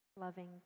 Loving